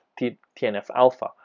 TNF-alpha